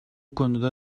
konuda